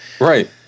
Right